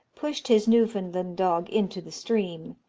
pushed his newfoundland dog into the stream.